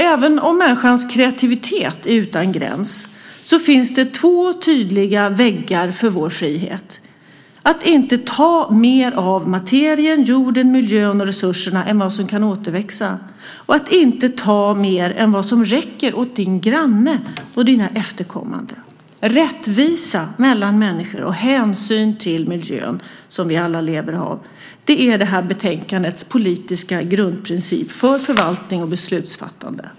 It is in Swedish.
Även om människans kreativitet är utan gräns så finns det två tydliga väggar för vår frihet: att inte ta mer av materien, jorden, miljön och resurserna än vad som kan återväxa, och att inte ta mer än vad som räcker åt din granne och dina efterkommande. Rättvisa mellan människor och hänsyn till den miljö som vi alla lever av är detta betänkandes politiska grundprincip för förvaltning och beslutsfattande.